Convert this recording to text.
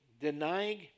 Denying